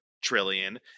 trillion